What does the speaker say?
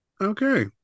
Okay